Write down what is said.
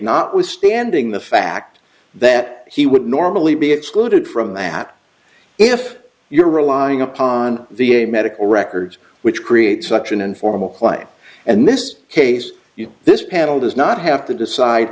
not withstanding the fact that he would normally be excluded from that if you're relying upon the medical records which creates such an informal play and this case you this panel does not have to decide